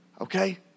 Okay